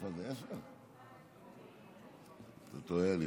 אתה טועה.